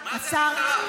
מה זה המשטרה?